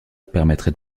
permettrait